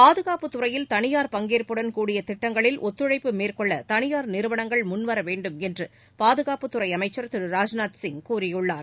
பாககாப்புத் துறையில் தனியார் பங்கேற்புடன் கூடிய திட்டங்களில் ஒத்துழைப்பு மேற்கொள்ளதனியார் நிறுவனங்கள் முன்வரவேண்டும் என்றுபாதுகாப்புத் துறைஅமைச்சர் திரு ராஜ்நாத் சிங் கூறியுள்ளார்